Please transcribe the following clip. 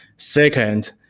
second,